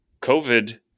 covid